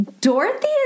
Dorothy